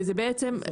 וזו בעצם הארכה.